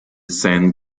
san